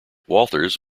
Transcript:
walters